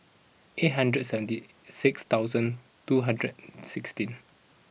eight hundred seventy six thousand two hundred sixteen